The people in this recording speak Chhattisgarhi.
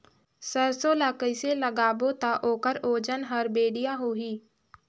सरसो ला कइसे लगाबो ता ओकर ओजन हर बेडिया होही?